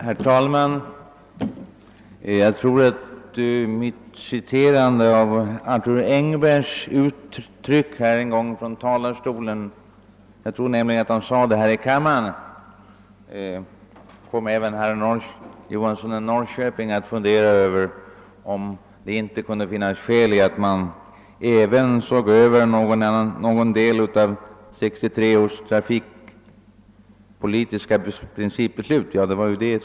Herr talman! Yttrandet av Arthur Engberg borde komma även herr Johansson i Norrköping att fundera över om det inte kan finnas skäl att se över någon del av 1963 års trafikpolitiska principbeslut.